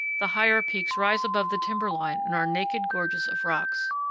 the higher peaks rise above the timber line and are naked gorges of rocks.